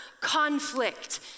conflict